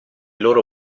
loro